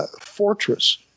Fortress